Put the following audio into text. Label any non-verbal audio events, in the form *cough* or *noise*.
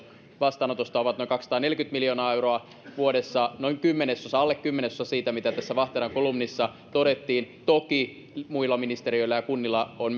vastaanotosta ovat noin kaksisataaneljäkymmentä miljoonaa euroa vuodessa alle kymmenesosa siitä mitä tässä vahteran kolumnissa todettiin toki muilla ministeriöillä ja kunnilla on *unintelligible*